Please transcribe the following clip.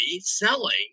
selling